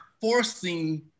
forcing